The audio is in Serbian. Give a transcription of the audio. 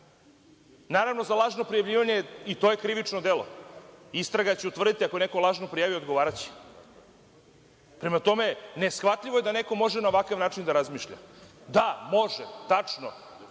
smisla. Lažno prijavljivanje je krivično delo. Istraga će utvrditi i ako neko lažno prijavi odgovaraće. Prema tome, neshvatljivo je da neko može na ovakav način da razmišlja. Malo je